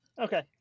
Okay